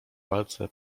walce